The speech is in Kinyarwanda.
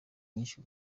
byinshi